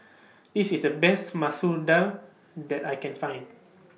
This IS The Best Masoor Dal that I Can Find